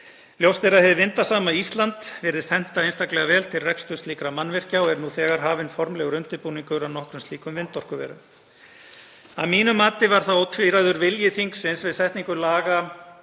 Ljóst er að hið vindasama Ísland virðist henta einstaklega vel til reksturs slíkra mannvirkja og er nú þegar hafinn formlegur undirbúningur að nokkrum slíkum vindorkuverum. Að mínu mati var það ótvíræður vilji þingsins með setningu laga